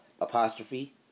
apostrophe